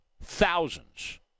thousands